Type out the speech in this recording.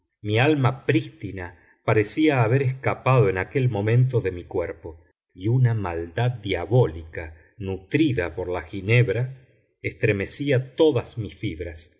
mi alma prístina parecía haber escapado en aquel momento de mi cuerpo y una maldad diabólica nutrida por la ginebra estremecía todas mis fibras